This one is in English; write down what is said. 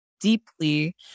deeply